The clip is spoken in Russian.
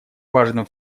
важным